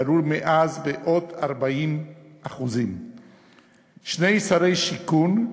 ועלו מאז בעוד 40%. שני שרי שיכון,